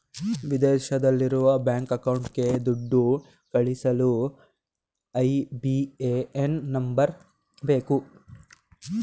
ವಿದೇಶದಲ್ಲಿರುವ ಬ್ಯಾಂಕ್ ಅಕೌಂಟ್ಗೆ ದುಡ್ಡು ಕಳಿಸಲು ಐ.ಬಿ.ಎ.ಎನ್ ನಂಬರ್ ಬೇಕು